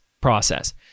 process